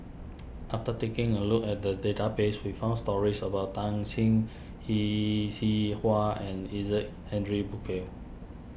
after taking a look at the database we found stories about Tan Shen Yee Xi Hua and Isaac Henry Burkill